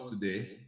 today